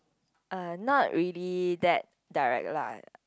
uh not really that direct lah